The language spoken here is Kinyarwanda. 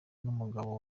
n’umugabo